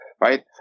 right